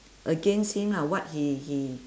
against him lah what he he